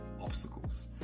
obstacles